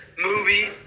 movie